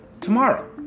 tomorrow